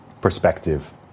perspective